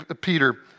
Peter